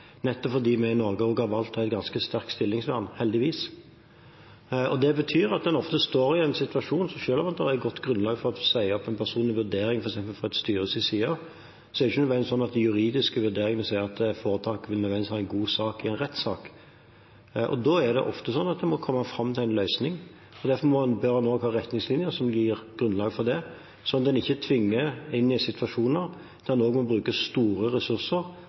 nettopp fordi vi i Norge har valgt å ha et ganske sterkt stillingsvern – heldigvis. Det betyr at en ofte står i en situasjon der selv om det er godt grunnlag for å si opp en person, f.eks. i en vurdering fra styrets side, er det ikke nødvendigvis sånn at de juridiske vurderingene tilsier at foretakene vil ha en god sak i en rettssak. Da er det ofte sånn at en må komme fram til en løsning. Derfor bør en også ha retningslinjer som gir grunnlag for det, sånn at en ikke tvinges til å måtte bruke store ressurser